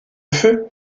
feu